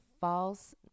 false